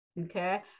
Okay